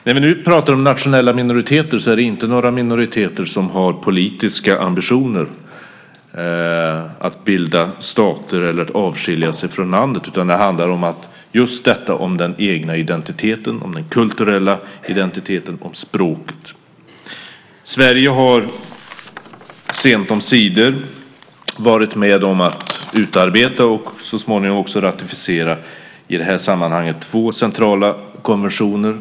När vi nu talar om nationella minoriteter är det inte några minoriteter som har politiska ambitioner att bilda stater eller att avskilja sig från landet, utan det handlar om just den egna identiteten, om den kulturella identiteten och om språket. Sverige har sent omsider varit med om att utarbeta och så småningom också ratificera två i detta sammanhang centrala konventioner.